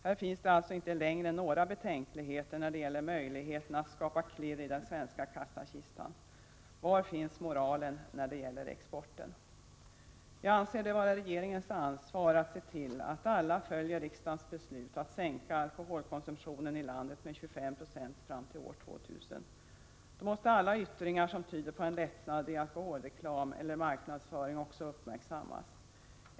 Det finns alltså inte längre några betänkligheter när det gäller möjligheten att skapa klirr i den svenska kassakistan. Var finns moralen beträffande exporten? Jag anser det vara regeringens ansvar att se till att alla följer riksdagens beslut att sänka alkoholkonsumtionen i landet med 25 96 fram till år 2000. Då måste alla yttringar som tyder på en lättnad av reglerna för alkoholreklam eller för marknadsföring av alkohol också uppmärksammas.